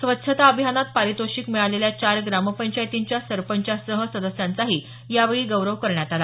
स्वच्छता अभियानात पारितोषिक मिळालेल्या चार ग्रामपंचायतीच्या सरपंचासह सदस्यांचाही यावेळी गौरवण्यात आलं